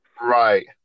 Right